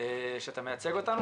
שאתה מייצג אותנו.